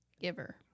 giver